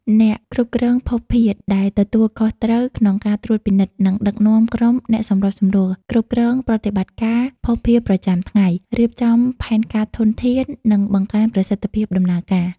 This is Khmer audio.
អ្នកគ្រប់គ្រងភស្តុភារ ដែលទទួលខុសត្រូវក្នុងការត្រួតពិនិត្យ និងដឹកនាំក្រុមអ្នកសម្របសម្រួល គ្រប់គ្រងប្រតិបត្តិការភស្តុភារប្រចាំថ្ងៃ រៀបចំផែនការធនធាន និងបង្កើនប្រសិទ្ធភាពដំណើរការ។